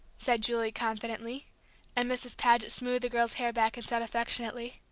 said julie, confidently and mrs. paget smoothed the girl's hair back and said affectionately,